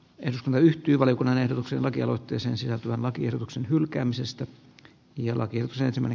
eduskunta yhtyi valiokunnan ehdotuksen lakialoitteeseen sisältyvän lakiehdotuksen hylkäämisestä jollakin seitsemän